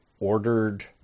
ordered